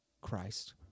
Christ